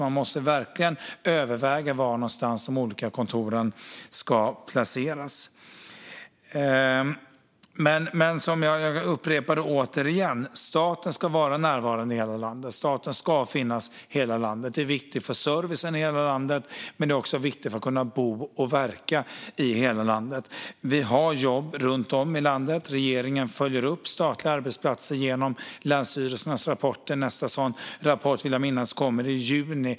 Man måste verkligen överväga var de olika kontoren ska placeras. Jag upprepar återigen att staten ska vara närvarande i hela landet. Staten ska finnas i hela landet. Det är viktigt för servicen i hela landet men också för att människor ska kunna bo och verka i hela landet. Vi har jobb runt om i landet. Regeringen följer upp statliga arbetsplatser genom länsstyrelsernas rapporter. Jag vill minnas att nästa rapport kommer i juni.